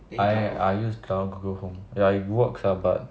I I used that [one] Google Chrome ya it works lah but